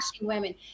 women